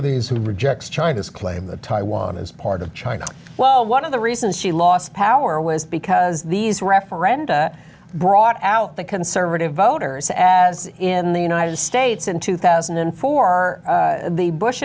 of these who rejects china's claim that taiwan is part of china well one of the reasons she lost power was because these referenda brought out the conservative voters as in the united states in two thousand and four are the bush